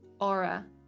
aura